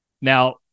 Now